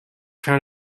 found